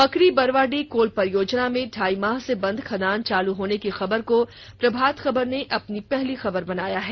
Pakri Barwadih coal परियोजना में ढाई माह से बंद खदान चालू होने की खबर को प्रभात खबर ने अपनी पहली खबर बनाया है